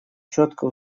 четко